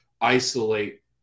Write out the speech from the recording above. isolate